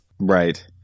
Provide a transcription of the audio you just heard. Right